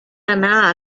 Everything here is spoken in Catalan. anar